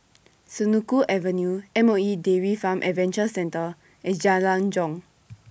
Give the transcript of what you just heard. Senoko Avenue M O E Dairy Farm Adventure Centre and Jalan Jong